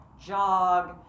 jog